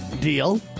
deal